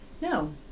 No